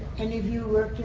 any of you